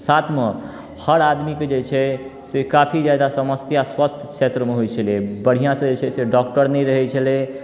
साथमे हर आदमीके जे छै से काफी जादा समस्या स्वास्थ क्षेत्रमे होइ छलै बढ़िआँसँ जे छै से डॉक्टर नहि रहै छलै